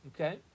Okay